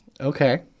Okay